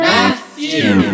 Matthew